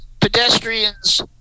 pedestrians